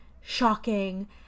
shocking